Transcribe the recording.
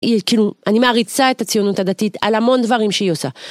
כאילו אני מעריצה את הציונות הדתית על המון דברים שהיא עושה.